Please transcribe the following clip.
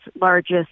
largest